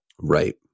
right